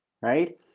right